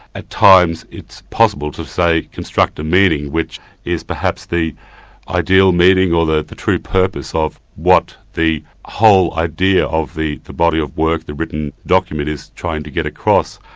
at times it's possible to say construct a meaning which is perhaps the ideal meaning or the the true purpose of what the whole idea of the the body of work, the written document, is trying to get across.